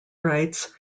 writes